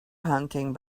hunting